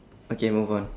okay move on